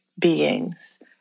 beings